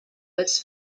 was